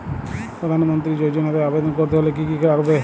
প্রধান মন্ত্রী যোজনাতে আবেদন করতে হলে কি কী লাগবে?